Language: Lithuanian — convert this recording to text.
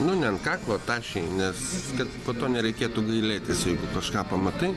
nu ne ant kaklo tačiau nes kad po to nereikėtų gailėtis jeigu kažką pamatai